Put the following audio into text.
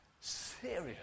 serious